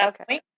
okay